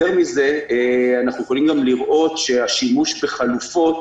יותר מזה, אנחנו יכולים גם לראות שהשימוש בחלופות